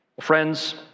Friends